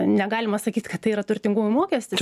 negalima sakyt kad tai yra turtingumo mokestis